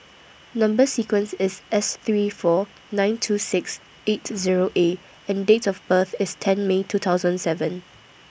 Number sequence IS S three four nine two six eight Zero A and Date of birth IS ten May two thousand seven